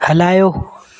हलायो